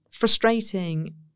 Frustrating